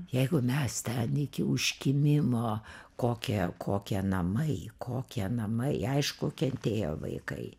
jeigu mes ten iki užkimimo kokie kokie namai kokie namai aišku kentėjo vaikai